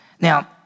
Now